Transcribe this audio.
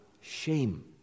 shame